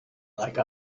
like